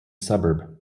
suburb